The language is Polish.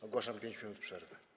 Ogłaszam 5 minut przerwy.